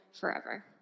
forever